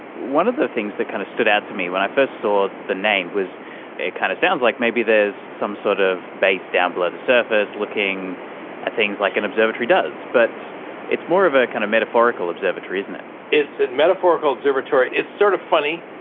one of the things that kind of stood out to me when i first saw the name was it kind of sounds like maybe there's some sort of base down below the surface looking at things like an observatory does. but it's more of a kind of metaphorical observatory, isn't it. it's a metaphorical observatory. it's sort of funny,